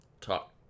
talk